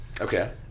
Okay